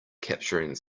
capturing